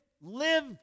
live